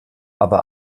aber